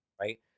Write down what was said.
right